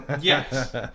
Yes